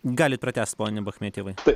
galit pratęst pone bachmetjevai